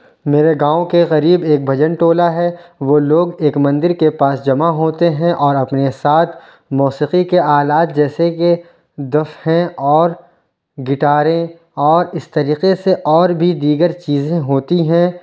میرے گاؤں کے قریب ایک بھجن ٹولہ ہے وہ لوگ ایک مندر کے پاس جمع ہوتے ہیں اور اپنے ساتھ موسیقی کے آلات جیسے کہ دفیں اور گٹاریں اور اس طریقے سے اور بھی دیگر چیزیں ہوتی ہیں